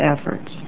efforts